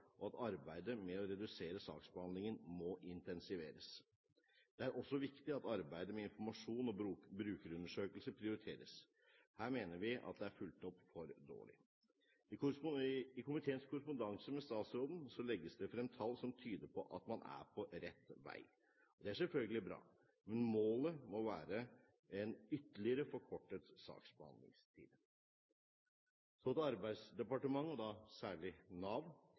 og at arbeidet med å redusere saksbehandlingstiden må intensiveres. Det er også viktig at arbeidet med informasjon og brukerundersøkelser prioriteres. Her mener vi at det er fulgt opp for dårlig. I komiteens korrespondanse med statsråden legges det frem tall som tyder på at man er på rett vei, og det er selvfølgelig bra, men målet må være en ytterligere forkortet saksbehandlingstid. Så til Arbeidsdepartementet, og da særlig Nav.